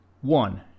One